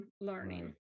learning